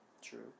True